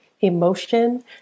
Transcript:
emotion